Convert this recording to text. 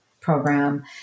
program